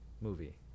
movie